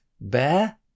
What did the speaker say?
Bear